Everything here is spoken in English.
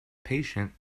patient